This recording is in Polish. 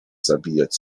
zabijać